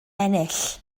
ennill